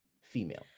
female